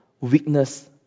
weakness